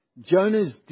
Jonah's